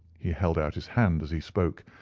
he held out his hand as he spoke,